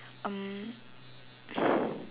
um